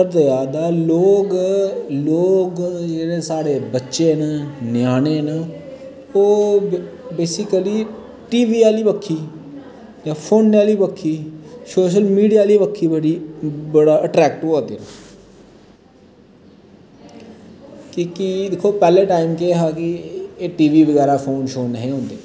घटदा जा दा लोग साढ़े जेह्ड़े बच्चे न ञ्यानें न ओह् बेसिकली टी वी आह्ली बक्खी ते फोने आह्ली बक्खी ते सोशल मीडिया आह्ली बक्खी बड़ा अट्रैक्ट होआ दे न क्योंकि पैह्लैं टाईम दिक्खो कि केह् हा एह् टी वी बगैरा फोन शोन नेंई हे होंदे